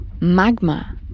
Magma